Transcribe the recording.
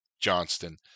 Johnston